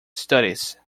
studies